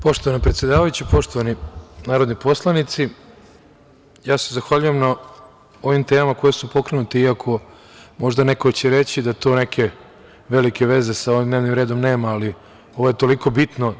Poštovana predsedavajuća, poštovani narodni poslanici, zahvaljujem se na ovim temama koje su pokrenute, iako će možda neko reći da nemaju velike veze sa ovim dnevnim redom, ali ovo je toliko bitno.